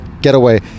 getaway